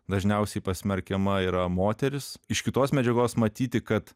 dažniausiai pasmerkiama yra moteris iš kitos medžiagos matyti kad